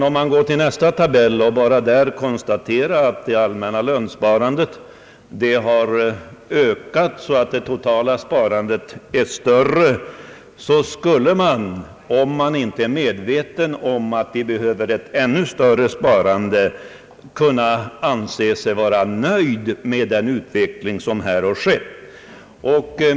Om man går till nästa tabell och där konstaterar att det allmänna lönsparandet har ökat, så att det totala sparandet är större än tidigare, skulle man, om man inte är medveten om att vi behöver ett ännu större sparande, kunna anse sig nöjd med den utveckling som här har skett.